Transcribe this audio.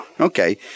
Okay